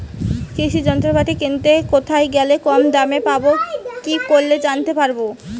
কৃষি যন্ত্রপাতি কিনতে কোথায় গেলে কম দামে পাব কি করে জানতে পারব?